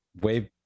wave